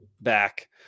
back